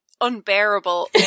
unbearable